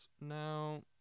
Now